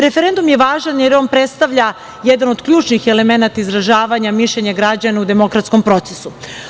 Referendum je važan, jer on predstavlja jedan od ključnih elemenata izražavanja mišljenja građana u demokratskom procesu.